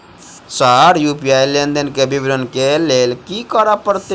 Sir UPI लेनदेन केँ विवरण केँ लेल की करऽ परतै?